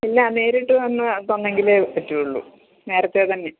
ഇല്ല നേരിട്ട് വന്ന് തന്നെങ്കിലേ പറ്റുള്ളൂ നേരത്തെ തന്നെ